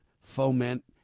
foment